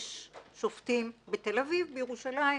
יש שופטים בתל-אביב, בירושלים,